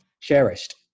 cherished